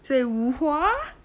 最 wu hua